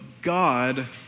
God